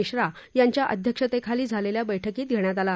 मिश्रा यांच्या अध्यक्षतेखाली झालेल्या बैठकीत घेण्यात आला